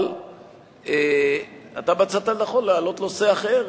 אבל אתה מצאת לנכון להעלות נושא אחר,